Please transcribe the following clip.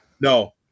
No